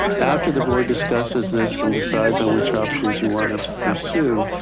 after the board discusses this and decides on which options you want to pursue,